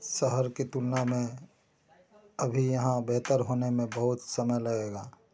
शहर की तुलना में अभी यहाँ बेहतर होने में बहुत समय लगेगा